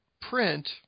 print